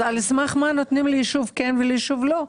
על סמך מה נותנים לישוב אחד ולישוב אחר לא?